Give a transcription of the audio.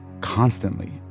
constantly